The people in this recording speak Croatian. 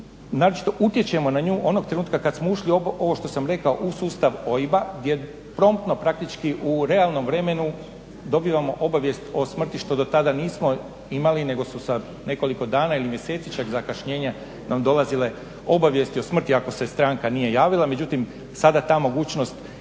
naročito utječemo na nju onog trenutka kada smo ušli ovo što sam rekao u sustav OIB-a gdje promptno praktički u realnom vremenu dobivamo obavijest o smrti što do tada nismo imali nego su sa nekoliko dana ili mjeseci čak zakašnjenja nam dolazile obavijesti o smrti ako se stranka nije javila. Međutim sada ta mogućnost je